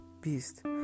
beast